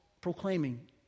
proclaiming